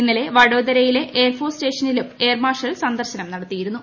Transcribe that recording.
ഇന്നലെ വഡോദരയിലെ എയർഫോഴ്സ് സ്റ്റേഷനിലും എയർ മാർഷൽ സന്ദർശനം നടത്തിയിരുന്നു